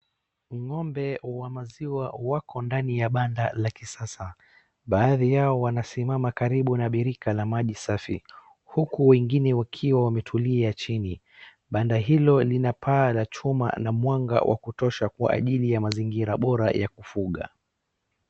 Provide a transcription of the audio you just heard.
Ng'ombe wa maziwa wako ndani ya banda la kisasa. Baadhi yao wanasimama karibu na birika la maji safi huku wengine wakiwa wametulia chini. Banda hilo linapaa la chuma na mwanga wa kutosha kwa ajili ya mazingira bora ya kufuga.